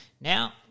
Now